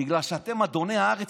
בגלל שאתם אדוני הארץ,